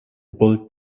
bullet